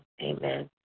amen